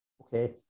Okay